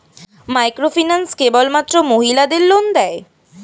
Microfinance কেবলমাত্র মহিলাদের loan দেয়?